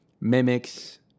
mimics